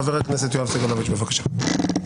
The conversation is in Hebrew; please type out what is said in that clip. חבר הכנסת יואב סגלוביץ', בבקשה.